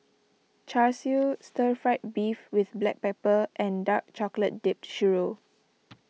Char Siu Stir Fried Beef with Black Pepper and Dark Chocolate Dipped Churro